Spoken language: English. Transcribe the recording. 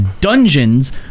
dungeons